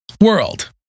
world